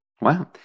Wow